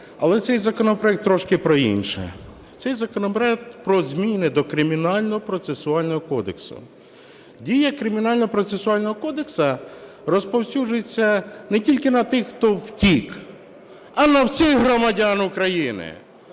але цей законопроект трошки про інше. Цей законопроект про зміни до Кримінального процесуального кодексу. Дія Кримінального процесуального кодексу розповсюджується не тільки на тих, хто втік, а на всіх громадян України.